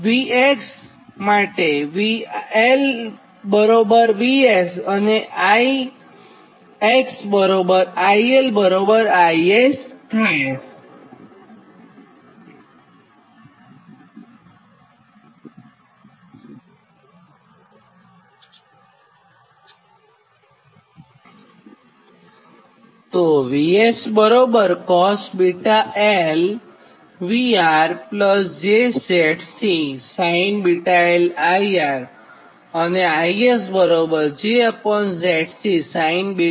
V V Vs અને I I I s થાય